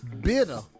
bitter